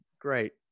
great